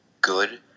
good